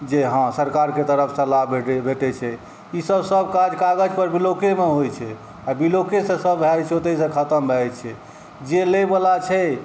जे हँ सरकारके तरफसँ लाभ भेटै छै ईसब सबकाज कागजपर ब्लॉकेपर होइ छै आओर ब्लॉकेपर सब भऽ जाइ छै ओतहि से सब खतम भऽ जाइ छै जे लैवला छै